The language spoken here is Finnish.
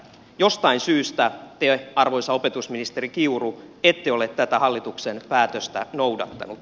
jostain syystä te arvoisa opetusministeri kiuru ette ole tätä hallituksen päätöstä noudattanut